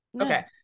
Okay